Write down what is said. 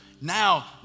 Now